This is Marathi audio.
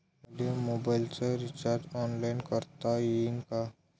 मले मोबाईलच रिचार्ज ऑनलाईन करता येईन का?